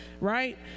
right